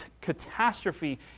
catastrophe